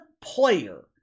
player